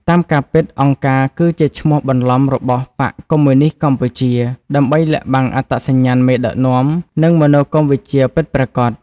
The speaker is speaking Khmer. តាមការពិត អង្គការគឺជាឈ្មោះបន្លំរបស់ «បក្សកុម្មុយនីស្តកម្ពុជា» ដើម្បីលាក់បាំងអត្តសញ្ញាណមេដឹកនាំ និងមនោគមវិជ្ជាពិតប្រាកដ។